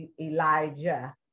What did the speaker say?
Elijah